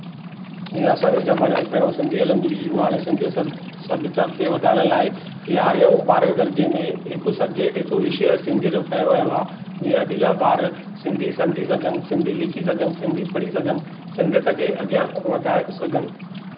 जीअं असांजे ज़माने में त पहिरियों सिंधी हलंदी हुई उहा हाणे सिंधीअ सब सभ्यता खे वधाइण लाइ यारहें ऐं ॿारहें दर्जे में हिकु सब्जेक्ट हिकु विषय सिंधीअ जो खयो वियो आहे जीअं अॼु जा ॿार सिंधी सम्झी सघनि सिंधी लिखी सघनि सिंधी पढ़ी सघनि सिंधियत खे अॻियां वधाए सघनि